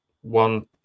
one